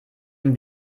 dem